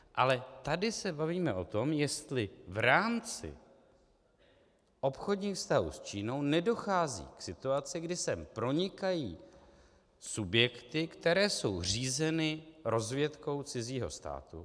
Ale tady se bavíme o tom, jestli v rámci obchodních vztahů s Čínou nedochází k situaci, kdy sem pronikají subjekty, které jsou řízeny rozvědkou cizího státu.